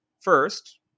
First